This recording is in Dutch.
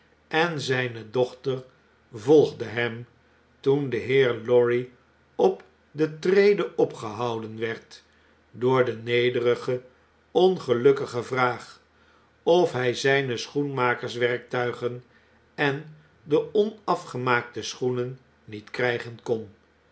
en zgne dochter volgde hem toen de heer lorry op de trede opgehouden werd door de nederige ongelukkige vraag of hg zijne schoenmakerswerktuigen en de onafgemaakte schoenen niet krggen kon